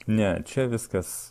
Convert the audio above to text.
ne čia viskas